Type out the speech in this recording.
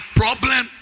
problem